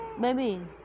Baby